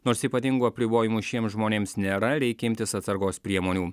nors ypatingų apribojimų šiems žmonėms nėra reikia imtis atsargos priemonių